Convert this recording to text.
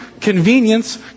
Convenience